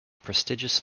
prestigious